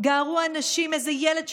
/ גערו האנשים, / איזה ילד שובב,